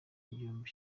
ibihumbi